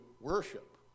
worship